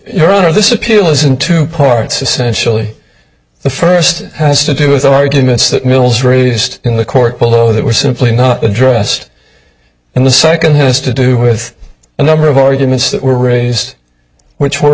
your honor this appeal is in two points essentially the first has to do with the arguments that mills raised in the court below that were simply not addressed and the second has to do with a number of arguments that were raised which were